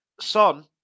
Son